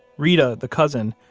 reta, the cousin,